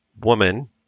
woman